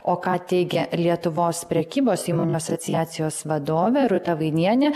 o ką teigė lietuvos prekybos įmonių asociacijos vadovė rūta vainienė